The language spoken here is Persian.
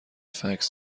فکس